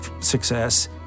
success